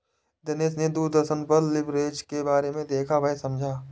दिनेश ने दूरदर्शन पर लिवरेज के बारे में देखा वह समझा